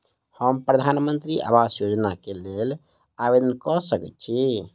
हम प्रधानमंत्री आवास योजना केँ लेल आवेदन कऽ सकैत छी?